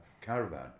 caravan